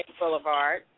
Boulevard